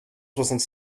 soixante